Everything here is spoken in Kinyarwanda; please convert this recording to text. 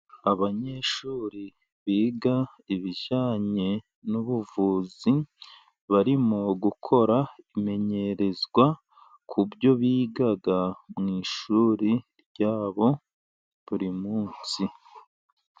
Abanyeshuri biga ibijyanye n'ubuvuzi, barimo gukora imenyerezwa ku byo biga mu ishuri rya bo buri munsi.